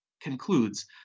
concludes